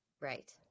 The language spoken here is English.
Right